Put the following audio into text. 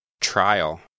Trial